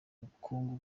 bukungu